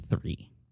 three